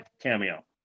cameo